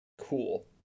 cool